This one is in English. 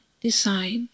decide